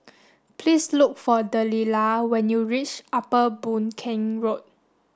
please look for Delilah when you reach Upper Boon Keng Road